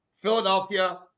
Philadelphia –